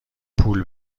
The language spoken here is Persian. پول